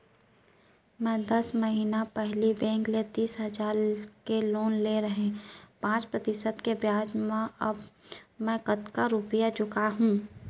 मैं दस महिना पहिली बैंक ले तीस हजार के लोन ले रहेंव पाँच प्रतिशत के ब्याज म अब मैं कतका रुपिया चुका हूँ?